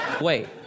Wait